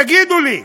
תגידו לי,